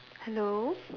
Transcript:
hello